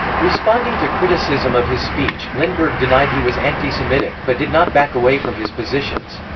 responding to criticism of his speech, lindbergh denied he was anti-semitic but did not back away from his positions.